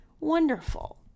wonderful